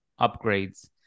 upgrades